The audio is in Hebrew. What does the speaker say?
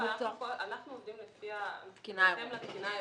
אנחנו עובדים בהתאם התקינה האירופאית.